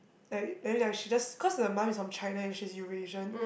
like then like she just cause her mother is from China and she's Eurasian